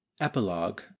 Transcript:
epilogue